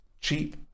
cheap